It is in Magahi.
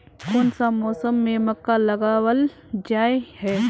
कोन सा मौसम में मक्का लगावल जाय है?